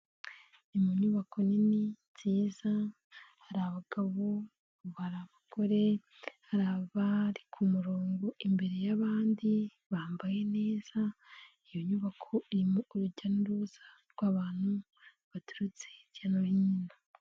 Ni mu nyubako nini nziza hari abagabo hari abagore, hari abari ku murongo imbere y'abandi, bambaye neza iyo nyubako irimo urujya n'uruza rw'abantu baturutse hirya no hino.